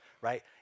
right